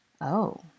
Oh